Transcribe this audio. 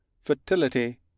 fertility